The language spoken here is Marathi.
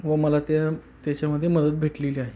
व मला त्या त्याच्यामध्ये मदत भेटलेली आहे